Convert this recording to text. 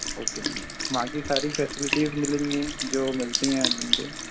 okay मैं वहाँ की सारी फैसेलिटीज़ मिलेगी जो मिलती हैं अपन को